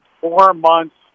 four-months